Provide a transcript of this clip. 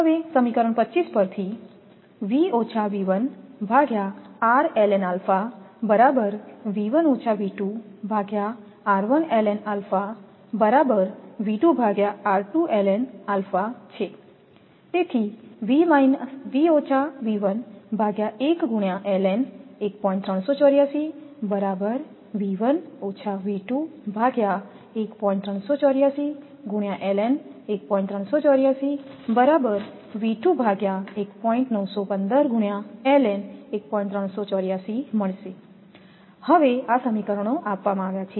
હવે સમીકરણ 25 પરથી હવે આ સમીકરણો આપવામાં આવ્યા છે